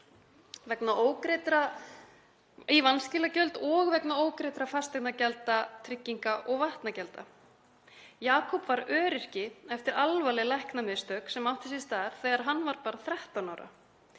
króna í vanskilagjöld og vegna ógreiddra fasteignagjalda, trygginga og vatnagjalda. Jakub varð öryrki eftir alvarleg læknamistök sem áttu sér stað þegar hann var bara 13 ára